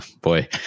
Boy